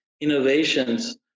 innovations